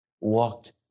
walked